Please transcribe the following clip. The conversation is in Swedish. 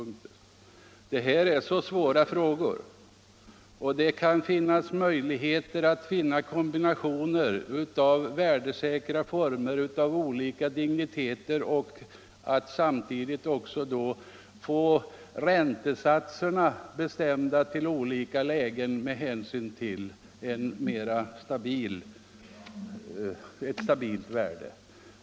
Detta är en mycket svår fråga, men jag tror att det skall vara möjligt att finna en kombination av olika värdesäkra sparformer och räntesatser som svarar mot ett mer stabilt penningvärde.